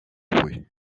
буй